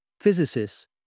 Physicists